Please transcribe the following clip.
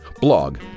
blog